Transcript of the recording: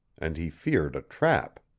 and he feared a trap.